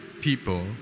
people